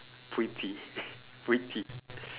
pretty pretty